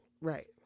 Right